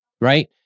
right